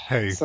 Hey